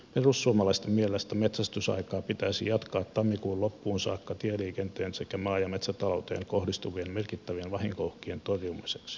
perussuomalaisten mielestä metsästysaikaa pitäisi jatkaa tammikuun loppuun saakka tieliikenteeseen sekä maa ja metsätalouteen kohdistuvien merkittävien vahinkouhkien torjumiseksi